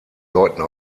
deuten